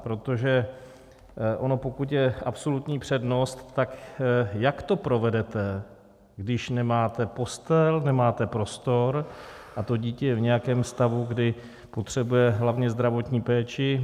Protože ono pokud je absolutní přednost, tak jak to provedete, když nemáte postel, nemáte prostor a to dítě je v nějakém stavu, kdy potřebuje hlavně zdravotní péči.